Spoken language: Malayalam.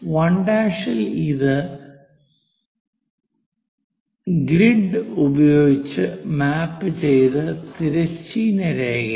1 ഇൽ ഇത് ഗ്രിഡ് ഉപയോഗിച്ച് മാപ്പുചെയ്ത തിരശ്ചീന രേഖയാണ്